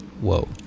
Whoa